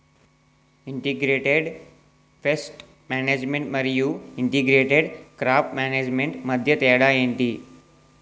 integrated pest management మరియు integrated crop management మధ్య తేడా ఏంటి